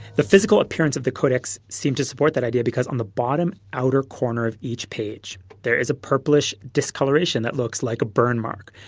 the physical appearance of the codex seemed to support that idea because on the bottom outer corner of each page there is a purplish discoloration that looks like a burn mark.